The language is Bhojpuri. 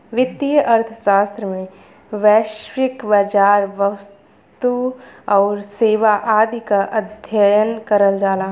वित्तीय अर्थशास्त्र में वैश्विक बाजार, वस्तु आउर सेवा आदि क अध्ययन करल जाला